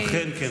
אכן כן.